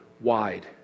wide